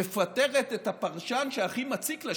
מפטרת את הפרשן שהכי מציק לה,